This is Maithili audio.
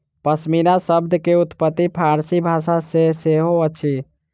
पश्मीना शब्द के उत्पत्ति फ़ारसी भाषा सॅ सेहो अछि